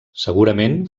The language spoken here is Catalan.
segurament